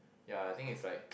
ya I think is like